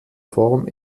form